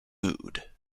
mood